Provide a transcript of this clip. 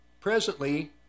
presently